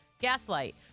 Gaslight